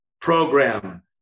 program